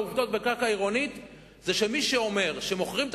העובדות בקרקע עירונית הן שמי שאומר שמוכרים את